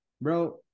bro